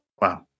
Wow